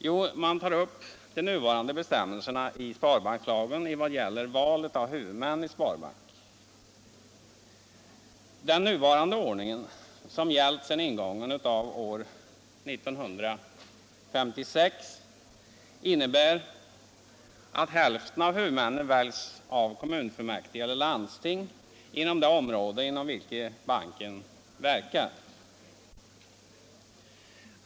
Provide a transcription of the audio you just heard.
Jo, man tar upp de nuvarande bestämmelserna i sparbankslagen i vad gäller val av huvudmän i sparbank. Den nuvarande ordningen, som gällt sedan ingången av år 1956, innebär att hälften av huvudmännen väljs av kommunfullmäktige eller landsting i det område inom vilket banken verkar.